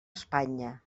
espanya